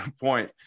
point